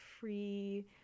free